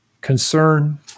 concern